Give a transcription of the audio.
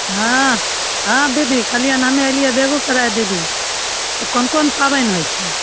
हँ हँ दीदी कहलियनि हमे अयलियै बेगुसराय दीदी तऽ कोन कोन पाबनि होइ छै